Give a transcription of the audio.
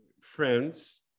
friends